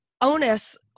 onus